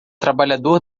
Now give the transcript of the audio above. trabalhador